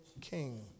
king